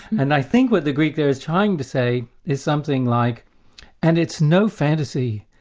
and i think what the greek there is trying to say is something like and it's no fantasy,